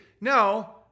No